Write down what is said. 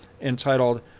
entitled